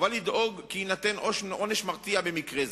חובה לדאוג כי יינתן עונש מרתיע במקרה זה,